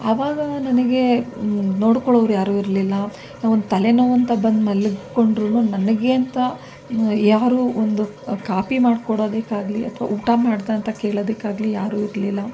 ಆವಾಗ ನನಗೆ ನೋಡ್ಕೊಳ್ಳೋರು ಯಾರೂ ಇರಲಿಲ್ಲ ನಾನು ಒಂದು ತಲೆ ನೋವಂತ ಬಂದು ಮಲ್ಕೊಂಡರೂನು ನನಗೆ ಅಂತ ಯಾರೂ ಒಂದು ಕಾಪಿ ಮಾಡ್ಕೊಡೋದಕ್ಕಾಗಲಿ ಅಥವಾ ಊಟ ಮಾಡಿದಾ ಅಂತ ಕೇಳೋದಕ್ಕಾಗಲಿ ಯಾರೂ ಇರಲಿಲ್ಲ